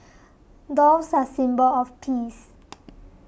doves are a symbol of peace